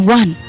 one